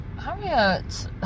Harriet